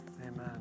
Amen